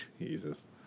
Jesus